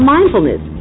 Mindfulness